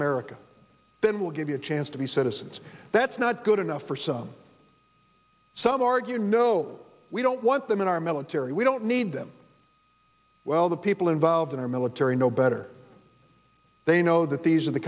america then we'll give you a chance to be citizens that's not good enough for some some argue no we don't want them in our military we don't need them well the people involved in our military know better they know that these are the